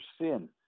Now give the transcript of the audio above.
sin